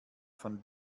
van